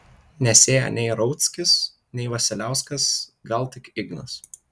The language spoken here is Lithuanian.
nesėja nei rauckis nei vasiliauskas gal tik ignas